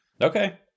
Okay